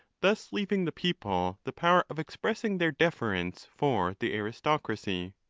thus leaving the people the power of expressing their deference for the aristocracy.